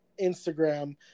Instagram